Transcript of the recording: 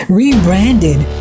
rebranded